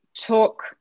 talk